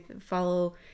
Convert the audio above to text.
follow